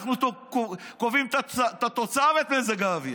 אנחנו קובעים את התוצאה ואת מזג האוויר.